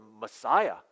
Messiah